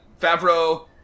Favreau